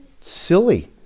silly